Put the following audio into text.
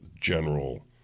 general